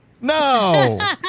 no